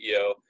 CEO